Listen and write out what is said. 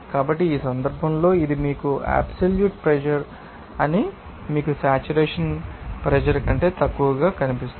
కాబట్టి ఈ సందర్భంలో ఇది మీకు అబ్సెల్యూట్ ప్రెషర్ అని మీకు సేట్యురేషన్ ప్రెషర్ కంటే తక్కువగా తెలుస్తుంది